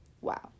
Wow